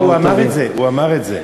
הוא אמר את זה.